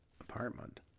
apartment